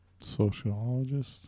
Sociologist